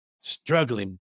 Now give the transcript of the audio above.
struggling